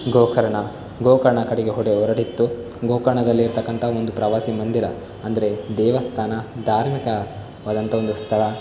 ಗೋಕರ್ಣ ಗೋಕರ್ಣ ಕಡೆಗೆ ಹೊಡೆ ಹೊರಟಿತ್ತು ಗೋಕರ್ಣದಲ್ಲಿರತಕ್ಕಂಥ ಒಂದು ಪ್ರವಾಸಿ ಮಂದಿರ ಅಂದರೆ ದೇವಸ್ಥಾನ ಧಾರ್ಮಿಕವಾದಂಥ ಒಂದು ಸ್ಥಳ